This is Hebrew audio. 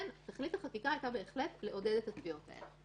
תכלית החקיקה הייתה לעודד את התביעות האלו.